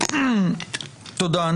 תודה.